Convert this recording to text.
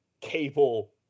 cable